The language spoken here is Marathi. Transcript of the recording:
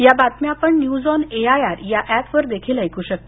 या बातम्या आपण न्यूज ऑन एआयआर ऍपवर देखील ऐकू शकता